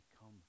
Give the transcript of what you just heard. come